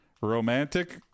romantic